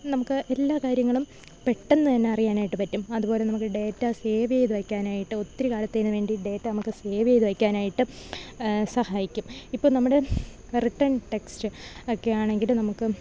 നമുക്ക് എല്ലാ കര്യങ്ങളും പെട്ടെന്നുതന്നെ അറിയാനായിട്ട് പറ്റും അതുപോലെ നമുക്ക് ഡേറ്റ സേവ്യ്ത് വയ്ക്കാനായിട്ട് ഒത്തിരി കാലത്തേന് വേണ്ടി ഡേറ്റ നമുക്ക് സേവ്യ്ത് വെക്കാനായിട്ടും സഹായിക്കും ഇപ്പോള് നമ്മള് റിട്ടേൺ ടെക്സ്റ്റ് ഒക്കെയാണങ്കിലും നമുക്ക്